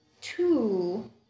two